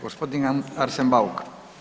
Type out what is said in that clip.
Gospodin Arsen Bauk.